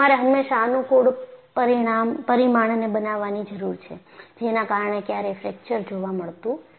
તમારે હમેશાં અનુકૂળ પરિમાણને બનાવવાની જરૂર છે જેના કારણે ક્યારેય ફ્રેકચર જોવા મળતું નથી